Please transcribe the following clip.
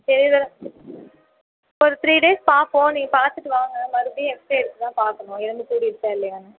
ஒரு three days பார்ப்போம் நீங்கள் பார்த்துட்டு வாங்க மறுபடியும் எக்ஸ்ரே எடுத்துதான் பார்க்கணும் எலும்பு கூடி இருக்கா இல்லையான்னு